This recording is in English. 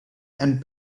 and